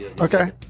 Okay